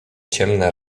ciemne